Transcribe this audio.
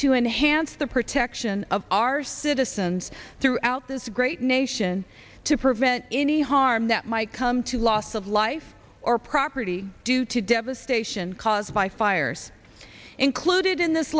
to enhance the protection of our citizens throughout this great nation to prevent any harm that might come to loss of life or property due to devastation caused by fires are included in this